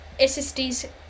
SSDs